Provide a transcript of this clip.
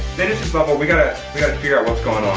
level we gotta we gotta figure out what's going on.